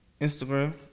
Instagram